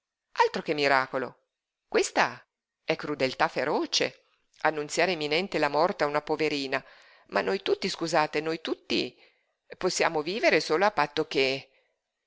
altro che miracolo questa è crudeltà feroce annunziare imminente la morte a una poverina ma noi tutti scusate noi tutti possiamo vivere solo a patto che